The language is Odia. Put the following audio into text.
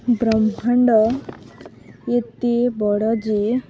ବ୍ରହ୍ମାଣ୍ଡ ଏତେ ବଡ଼ ଯେ